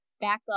backup